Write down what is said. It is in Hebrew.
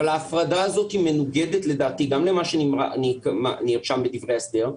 אבל ההפרדה הזאת היא מנוגדת לדעתי גם למה שנרשם בדברי ההסבר,